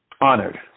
honored